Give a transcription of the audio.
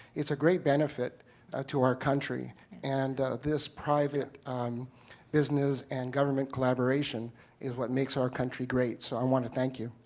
it's a great benefit to our country and this private um business and government collaboration is what makes our country great. so i want to thank you.